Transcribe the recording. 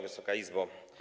Wysoka Izbo!